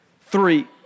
three